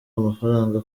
amafaranga